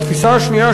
והתפיסה השנייה,